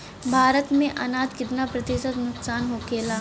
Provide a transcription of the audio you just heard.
भारत में अनाज कितना प्रतिशत नुकसान होखेला?